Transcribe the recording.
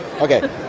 Okay